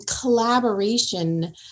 collaboration